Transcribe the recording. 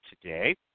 today